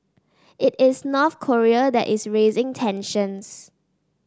it is North Korea that is raising tensions